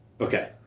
Okay